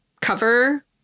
cover